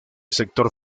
sector